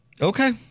Okay